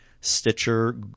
Stitcher